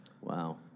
Wow